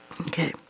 Okay